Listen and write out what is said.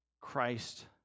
Christ